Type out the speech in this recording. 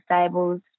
stables